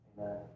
Amen